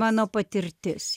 mano patirtis